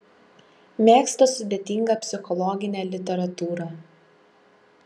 mėgsta sudėtingą psichologinę literatūrą